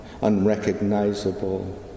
unrecognizable